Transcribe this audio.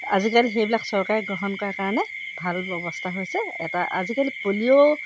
আজিকালি সেইবিলাক চৰকাৰে গ্ৰহণ কৰাৰ কাৰণে ভাল ব্যৱস্থা হৈছে এটা আজিকালি পলিঅ'